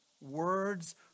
Words